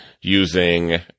using